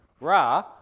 Ra